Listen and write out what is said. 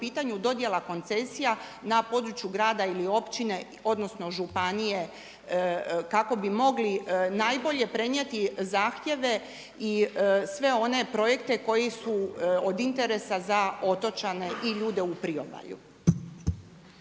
pitanju dodjela koncesija na području grada ili općine, odnosno županije kako bi mogli najbolje prenijeti zahtjeve i sve one projekte koji su od interesa za otočane i ljude u priobalju.